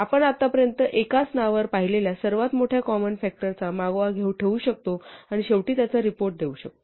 आपण आतापर्यंत एकाच नावावर पाहिलेल्या सर्वात मोठ्या कॉमन फ़ॅक्टरचा मागोवा ठेवू शकतो आणि शेवटी त्याचा रिपोर्ट देऊ शकतो